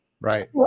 Right